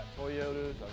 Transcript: Toyotas